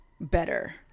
better